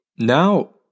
Now